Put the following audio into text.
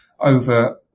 over